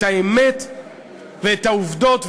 את האמת ואת העובדות,